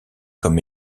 comme